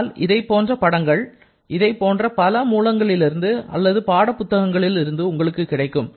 ஆனால் இதை போல படங்கள் இதைப்போன்ற பல மூலங்களிலிருந்து அல்லது பாடப்புத்தகங்கள் இருந்தது உங்களுக்கு கிடைக்கும்